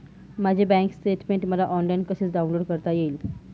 माझे bank statement मला online कसे डाउनलोड करता येईल?